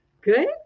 good